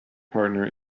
partner